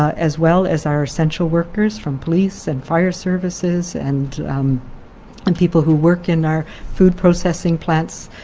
ah as well as our essential workers, from police and fire services and and people who work in our food processing plants.